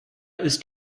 ist